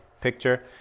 picture